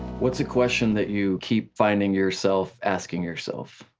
what's a question that you keep finding yourself asking yourself?